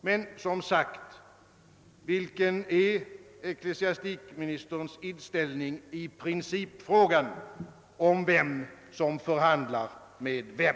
Men som sagt: Vilken är ecklesiastikministerns inställning i principfrågan om vem som förhandlar för vem?